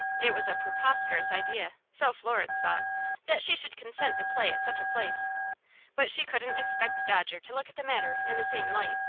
it was a preposterous idea so florence thought that she should consent to play at such a place but she couldn't expect dodger to look at the matter in the same light,